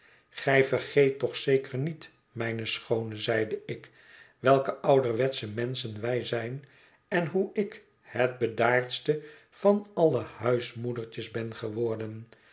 gij vergeet toch zeker niet mijne schoone zeide ik welke ouderwetsche menschen wij zijn en hoe ik het bedaardste van alle huismoedertjes ben geworden